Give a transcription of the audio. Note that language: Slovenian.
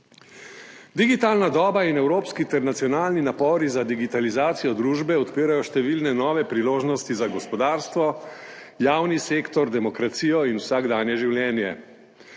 stoletju. Digitalna doba in evropski ter nacionalni napori za digitalizacijo družbe odpirajo številne nove priložnosti za gospodarstvo, javni sektor, demokracijo in vsakdanje življenje,